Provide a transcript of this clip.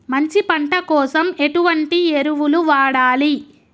మంచి పంట కోసం ఎటువంటి ఎరువులు వాడాలి?